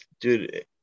dude